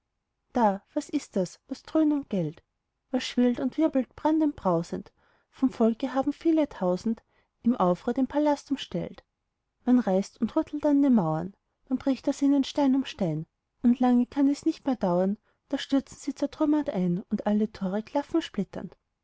stunde da was ist das was dröhnt und gellt was schwillt und wirbelt brandend brausend vom volke haben viele tausend im aufruhr den palast umstellt man reißt und rüttelt an den mauern man bricht aus ihnen stein um stein und lange kann es nicht mehr dauern da stürzen sie zertrümmert ein und alle tore klaffen splitternd